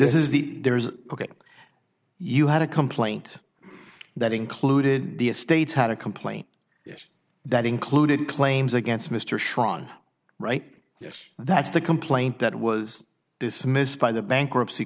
this is the there is ok you had a complaint that included the states had a complaint that included claims against mr shawn right yes that's the complaint that was dismissed by the bankruptcy